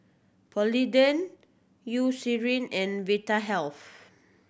Polident Eucerin and Vitahealth